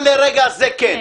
נכון לרגע זה, כן.